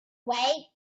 away